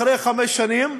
אחרי חמש שנים.